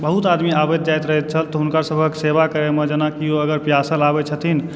बहुत आदमी आबैत जाइत रहए छथि तऽ हुनका सबहक सेवा करएमे जेनाकि केओ अगर प्यासल आबए छथिन